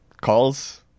calls